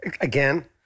Again